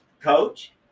coach